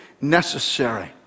necessary